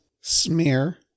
smear